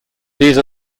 these